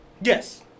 Yes